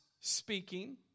speaking